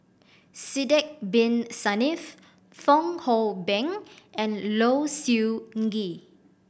Sidek Bin Saniff Fong Hoe Beng and Low Siew Nghee